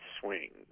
swings